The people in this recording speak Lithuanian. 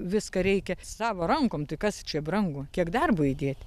viską reikia savo rankom tai kas čia brangu kiek darbo įdėt